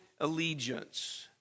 allegiance